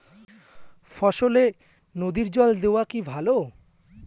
ফসলে নদীর জল দেওয়া কি ভাল?